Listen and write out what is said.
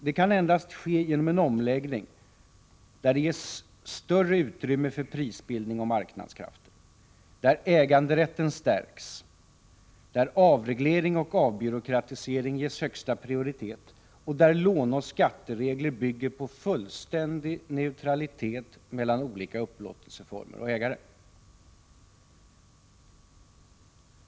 Det kan endast ske genom en omläggning där det ges större utrymme för prisbildning och marknadskrafter, där äganderätten stärks, där avreglering och avbyråkratisering ges högsta prioritet och där låneoch skatteregler bygger på fullständig neutralitet mellan olika upplåtelseformer och ägare.